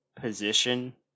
position